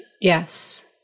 Yes